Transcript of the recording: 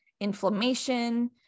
inflammation